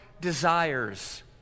desires